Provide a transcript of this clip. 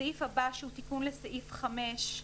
הסעיף הבא, שהוא תיקון לסעיף 5,